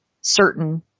certain